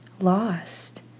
lost